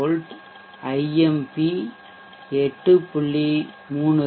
1 V I M P 8